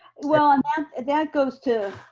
well, and ah that goes to,